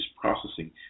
processing